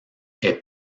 est